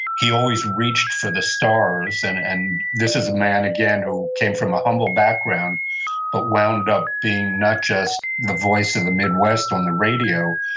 he always reached for the stars. and and this is a man again, who came from a humble background but wound up being not just the voice of the midwest on the radio,